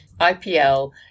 IPL